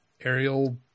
aerial